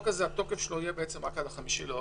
התוקף של החוק הזה יהיה עד ה-65 באוגוסט,